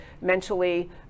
mentally